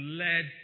led